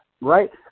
right